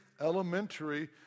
elementary